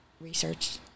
research